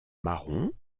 marron